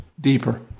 deeper